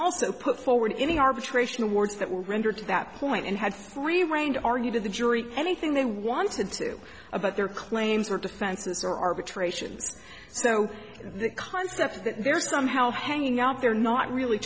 also put forward any arbitration awards that were rendered to that point and had free rein to argue to the jury anything they wanted to about their claims or defenses are arbitrations so the concept that they're somehow hanging out they're not really